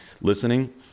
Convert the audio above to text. listening